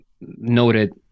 noted